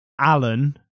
Alan